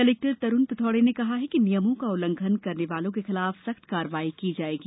collector Tarun Pithode ने कहा है कि नियमों का उल्लघंन करने वालों के खिलाफ सख्त कार्यवाही की जाएगी